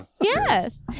Yes